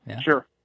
Sure